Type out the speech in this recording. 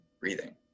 breathing